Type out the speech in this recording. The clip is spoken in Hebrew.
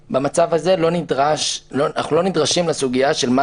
ובמצב הזה אנחנו לא נדרשים לסוגיה של מה